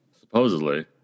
Supposedly